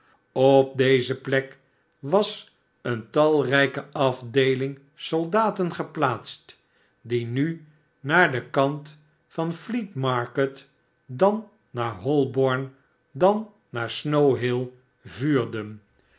op deze plek was een talrijke afdeeling soldaten geplaatst die nu naar den kant van fleet market dan naar holborn dan naar snow hill vuurden